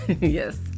yes